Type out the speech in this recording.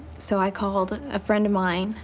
so i called a friend of mine.